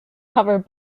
cover